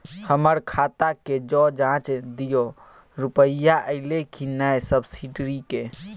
हमर खाता के ज जॉंच दियो रुपिया अइलै की नय सब्सिडी के?